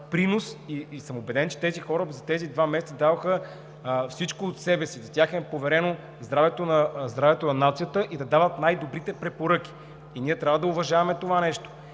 принос. Убеден съм, че тези хора за тези два месеца дадоха всичко от себе си. На тях им е поверено здравето на нацията и да дават най-добрите препоръки. Ние трябва да уважаваме това нещо.